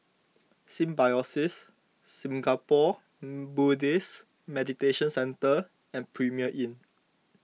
Symbiosis Singapore Buddhist Meditation Centre and Premier Inn